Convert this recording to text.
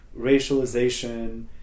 racialization